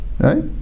right